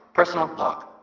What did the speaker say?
personal log.